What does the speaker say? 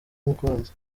umukunzi